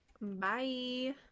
Bye